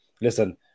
Listen